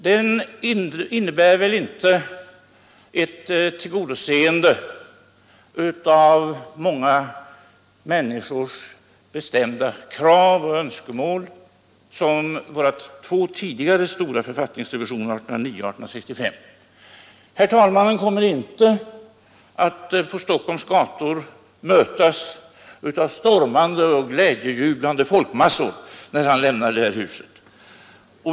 Denna nya författning innebär väl inte ett tillgodoseende av många människors bestämda krav och önskemål, som våra två tidigare stora författningsrevisioner 1809 och 1865. Herr talmannen kommer inte att på Stockholms gator mötas av stormande och glädjejublande människomassor, när han lämnar det här huset.